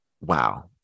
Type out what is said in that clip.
wow